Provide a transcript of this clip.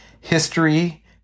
History